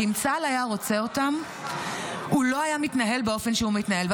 כי אם צה"ל היה רוצה אותם הוא לא היה מתנהל באופן שהוא מתנהל.